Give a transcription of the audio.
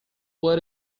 what